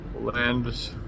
land